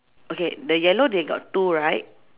okay the yellow they got two right